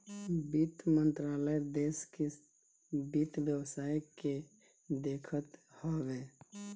वित्त मंत्रालय देस के वित्त व्यवस्था के देखत हवे